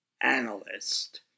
analyst